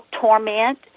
torment